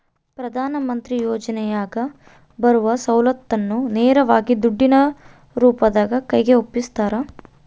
ಪ್ರಧಾನ ಮಂತ್ರಿ ಯೋಜನೆಯಾಗ ಬರುವ ಸೌಲತ್ತನ್ನ ನೇರವಾಗಿ ದುಡ್ಡಿನ ರೂಪದಾಗ ಕೈಗೆ ಒಪ್ಪಿಸ್ತಾರ?